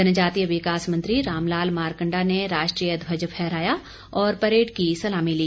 जनजातीय विकास मंत्री रामलाल मारकंडा ने राष्ट्रीय ध्वज फहराया और परेड की सलामी ली